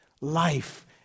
Life